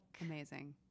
Amazing